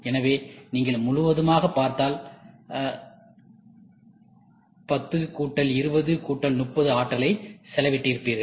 எனவே நீங்கள் முழுவதுமாகப் பார்த்தால் நீங்கள் 102030 ஆற்றலை செலவிட்டிருப்பீர்கள்